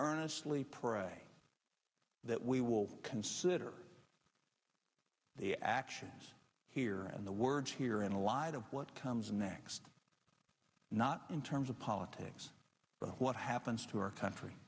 earnestly pray that we will consider the actions here in the words here and a lot of what comes next not in terms of politics but what happens to our country